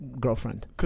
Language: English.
girlfriend